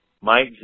Mike